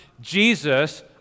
Jesus